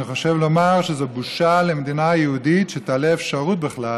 אני חושב לומר שזו בושה למדינה היהודית שתעלה אפשרות בכלל